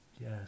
yes